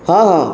ହଁ ହଁ